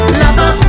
lover